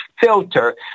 filter